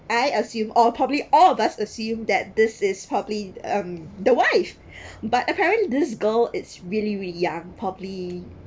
I assume or probably all of us assume that this is probably um the wife but apparently this girl is really really young probably